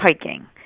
hiking